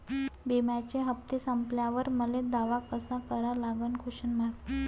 बिम्याचे हप्ते संपल्यावर मले दावा कसा करा लागन?